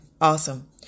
Awesome